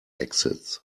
exits